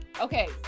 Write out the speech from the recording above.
okay